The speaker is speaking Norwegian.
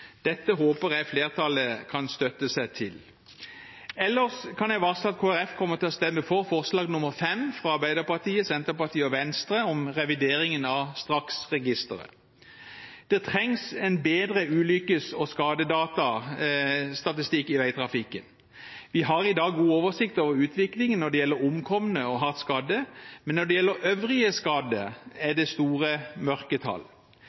Dette håper jeg flertallet kan slutte seg til! Ellers kan jeg varsle at Kristelig Folkeparti kommer til å stemme for forslag nr. 5, fra Arbeiderpartiet, Senterpartiet og Venstre, om revideringen av STRAKS-registeret. Det trengs bedre ulykkes- og skadedata i veitrafikken. Vi har i dag god oversikt over utviklingen når det gjelder omkomne og hardt skadde, men når det gjelder øvrige skadde, er det store mørketall.